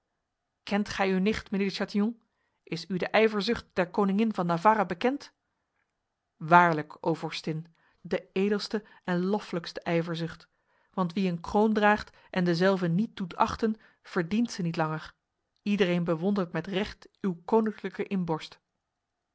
kent gij uw nicht mijnheer de chatillon is u de ijverzucht der koningin van navarra bekend waarlijk o vorstin de edelste en loffelijkste ijverzucht want wie een kroon draagt en dezelve niet doet achten verdient ze niet langer iedereen bewondert met recht uw koninklijke inborst